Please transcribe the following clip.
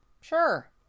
Sure